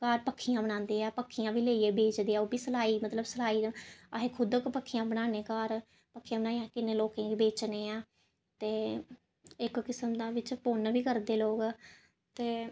घर पक्कखियां बनांदे ऐ पक्कखियां बनाइयै बेचदे ऐ ओह् बी सलाई मतलब सलाई मतलब आहें खुद पक्खियां बनाने घर पक्खियां बनाइयै कि'न्ने लोकें गी भेजनेआं ते इक किसम दा बिच्च भु'न्न बी करदे लोक ते